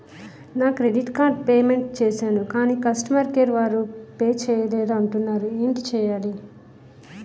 నా credit card payment చేసాను కాని కస్టమర్ కేర్ వారు పే చేయలేదు అంటున్నారు ఏంటి చేయాలి?